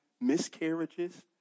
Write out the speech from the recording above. miscarriages